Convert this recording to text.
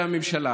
לוועדה המסדרת,